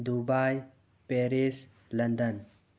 Dubai Paris London